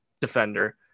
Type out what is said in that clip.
defender